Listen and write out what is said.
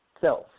self